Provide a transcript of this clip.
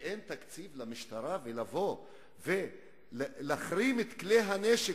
ואין תקציב למשטרה לבוא ולהחרים את כלי הנשק,